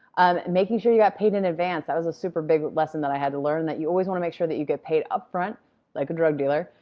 um making sure you got paid in advance, that was a super big lesson that i had to learn, that you always want to make sure you get paid upfront like a drug dealer,